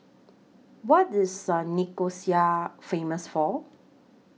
What IS Nicosia Famous For